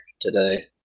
today